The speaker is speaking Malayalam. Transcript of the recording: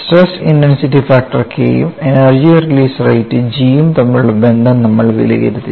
സ്ട്രെസ് ഇന്റൻസിറ്റി ഫാക്ടർ K യും എനർജി റിലീസ് റേറ്റ് G യും തമ്മിലുള്ള ബന്ധം നമ്മൾ വിലയിരുത്തി